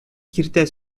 киртә